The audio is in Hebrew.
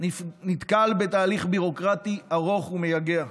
נתקל בתהליך ביורוקרטי ארוך ומייגע,